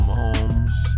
homes